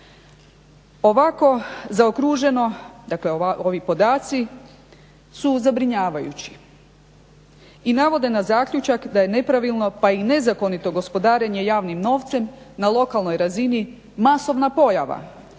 Ovako zaokruženo, dakle ovi podaci su zabrinjavajući i navode na zaključak da je nepravilno pa i nezakonito gospodarenje javnim novcem na lokalnoj razini masovna pojava